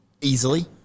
easily